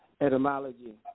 etymology